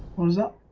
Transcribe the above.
was up